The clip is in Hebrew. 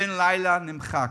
בן-לילה נמחק.